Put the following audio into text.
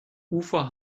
ufer